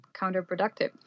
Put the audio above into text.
counterproductive